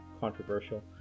controversial